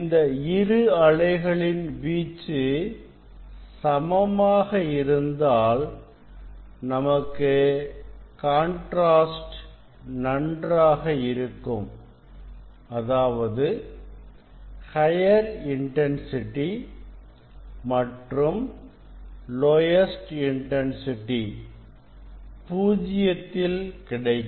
இந்த இரு அலைகளின் வீச்சு சமமாக இருந்தால் நமக்கு காண்ட்ராஸ்ட் நன்றாக இருக்கும் அதாவது ஹையர் இன்டன்சிட்டி மற்றும் லோயஸ்ட் இன்டன்சிட்டி பூஜ்ஜியத்தில் கிடைக்கும்